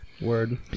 Word